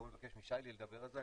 בואו נבקש משי-לי לדבר על זה.